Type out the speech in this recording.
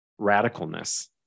radicalness